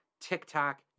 TikTok